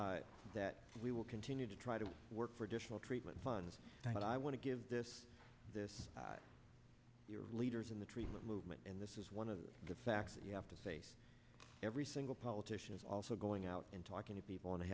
that we will continue to try to work for additional treatment funds but i want to give this this your leaders in the treatment movement and this is one of the facts that you have to face every single politician is also going out and talking to people and i